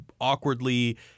awkwardly